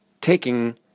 taking